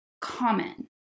common